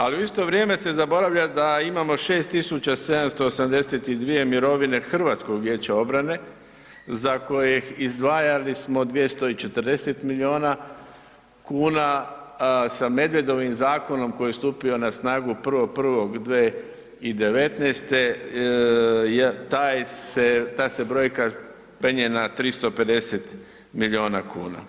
A u isto vrijeme se zaboravlja da imamo 6.782 mirovine HVO-a za koje smo izdvajali 240 milijuna kuna sa Medvedovim zakonom koji je stupio na snagu 1.1.2019.ta se brojka penje na 350 milijuna kuna.